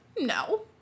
No